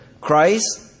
Christ